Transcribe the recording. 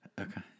Okay